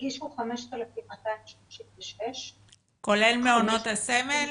הגישו 5236. כולל מעונות הסמל?